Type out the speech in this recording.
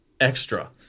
extra